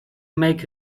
make